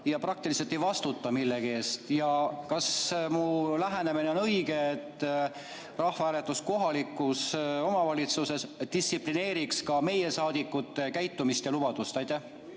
ja praktiliselt ei vastuta millegi eest. Kas mu lähenemine on õige, et rahvahääletus kohalikus omavalitsuses distsiplineeriks ka meie saadikuid käitumisel ja lubadustest